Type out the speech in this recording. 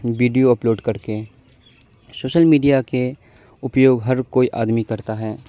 video upload کر کے social media کے اپیوگ ہر کوئی آدمی کرتا ہے